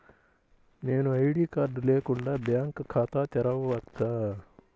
నేను ID card లేకుండా bank ఖాతా తెరవచ్చా?